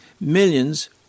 millions